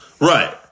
Right